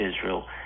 Israel